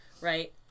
right